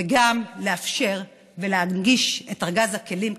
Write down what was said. וגם לאפשר ולהנגיש את ארגז הכלים,